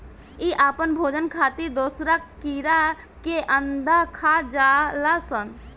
इ आपन भोजन खातिर दोसरा कीड़ा के अंडा खा जालऽ सन